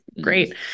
great